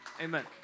Amen